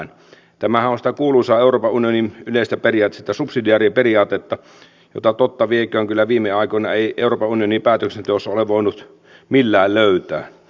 tämähän on sitä kuuluisaa euroopan unionin yleistä periaatetta sitä subsidiariteettiperiaatetta jota totta vieköön kyllä viime aikoina ei euroopan unionin päätöksenteossa ole voinut millään löytää